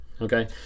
okay